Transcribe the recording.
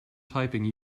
typing